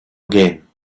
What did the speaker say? again